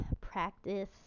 practice